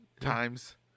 times